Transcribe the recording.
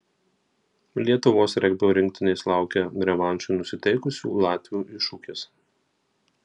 lietuvos regbio rinktinės laukia revanšui nusiteikusių latvių iššūkis